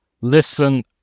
listen